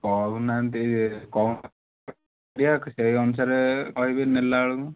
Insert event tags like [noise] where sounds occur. କହୁ ନାହାନ୍ତି କ'ଣ [unintelligible] ସେହି ଅନୁସାରେ କହିବେ ନେଲା ବେଳକୁ